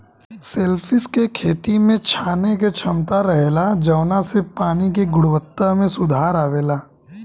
shellfish के खेती में छाने के क्षमता रहेला जवना से पानी के गुणवक्ता में सुधार अवेला